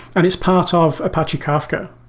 and it's part of apache kafka.